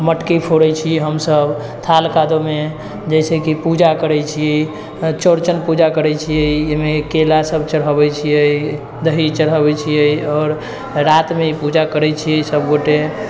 मटकी फोड़ै छी हमसब थाल कादो मे जैसेकि पूजा करै छियै चौड़चन पूजा करै छियै एहिमे केला सब चढ़ाबै छियै दही चढ़ाबै छियै आओर राति मे ई पूजा करै छियै सब गोटे